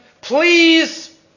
please